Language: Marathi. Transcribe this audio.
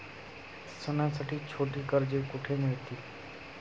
सणांसाठी छोटी कर्जे कुठे मिळतील?